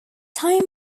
time